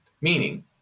meaning